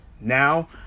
now